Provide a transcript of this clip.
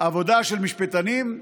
עבודה של משפטנים,